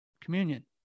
communion